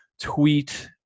tweet